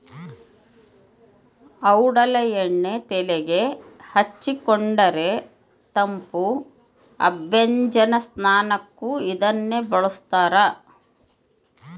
ಔಡಲ ಎಣ್ಣೆ ತೆಲೆಗೆ ಹಚ್ಚಿಕೊಂಡರೆ ತಂಪು ಅಭ್ಯಂಜನ ಸ್ನಾನಕ್ಕೂ ಇದನ್ನೇ ಬಳಸ್ತಾರ